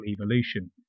evolution